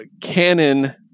canon